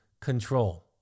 Control